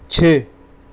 چھ